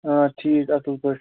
اہن حظ ٹھیٖک اَصٕل پٲٹھۍ